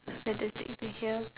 fantastic to hear